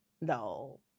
no